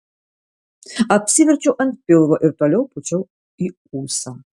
apsiverčiau ant pilvo ir toliau pūčiau į ūsą